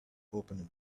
opened